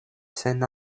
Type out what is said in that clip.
sen